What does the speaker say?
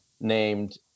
named